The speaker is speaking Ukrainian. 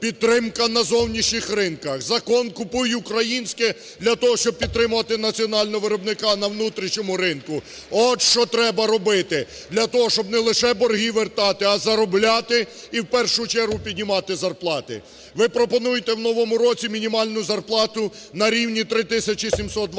підтримка на зовнішніх ринках, закон – купуй українське для того, щоб підтримувати національного виробника на внутрішньому ринку. От що треба робити для того, щоб не лише борги вертати, а заробляти і, в першу чергу піднімати зарплати. Ви пропонуєте в новому році мінімальну зарплату на рівні 3